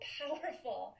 powerful